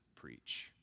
preach